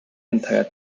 entire